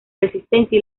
resistencia